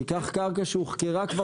תיקח קרקע שהוחכרה.